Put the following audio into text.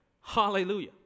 Hallelujah